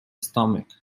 stomach